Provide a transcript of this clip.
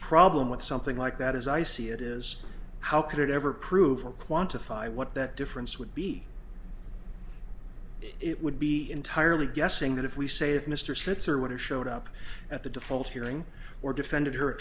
problem with something like that as i see it is how could it ever prove or quantify what that difference would be it would be entirely guessing that if we say if mr switzer would have showed up at the default hearing or defended her